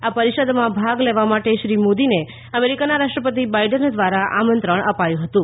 આ પરીષદમાં ભાગ લેવા માટે શ્રી મોદીને અમેરિકાના રાષ્ટ્રપતિ બાઈડન દ્વારા આમંત્રણ અપાયું હતું